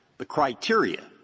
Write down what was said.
the criteria,